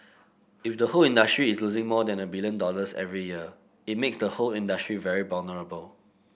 if the whole industry is losing more than a billion dollars every year it makes the whole industry very vulnerable